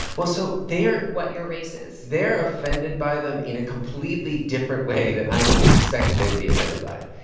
well so, they're. what your race is? they're offended by them in a completely different way than i expected they would be offended by it.